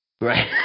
Right